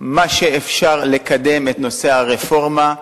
מה שאפשר לקדם בנושא הרפורמה,